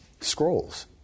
scrolls